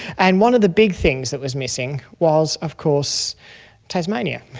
and one of the big things that was missing was of course tasmania.